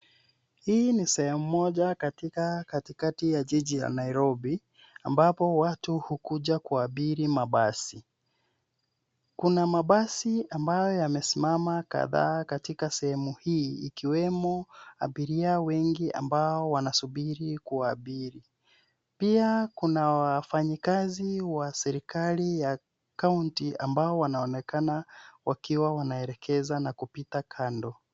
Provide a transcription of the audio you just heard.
Hii ni sehemu moja katika katikati ya jiji la Nairobi ambapo watu hukuja kuabiri mabasi. Kuna mabasi ambayo yamesimama kadhaa katika sehemu hii ikiwemo abiria wengi ambao wanasubiri kuabiri. Pia kuna wafanyikazi wa serikali ya kaunti ambao wanaonekana wakiwa wanaelekeza na kupita kando.